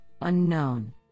Unknown